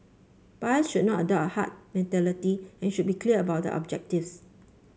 buyers should not adopt a herd mentality and should be clear about their objectives